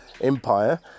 empire